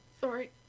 Sorry